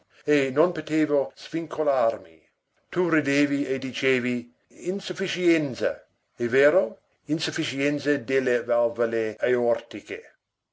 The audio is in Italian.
e non potevo svincolarmi tu ridevi e dicevi insufficienza è vero insufficienza delle valvole aortiche